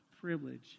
privilege